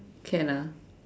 can ah